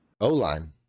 O-line